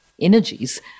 energies